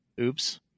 oops